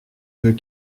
veux